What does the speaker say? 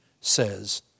says